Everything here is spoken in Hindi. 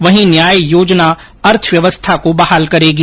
वहीं न्याय योजना अर्थव्यवस्था को बहाल करेगी